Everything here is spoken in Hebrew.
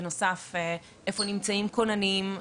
בנוסף איפה נמצאים כוננים,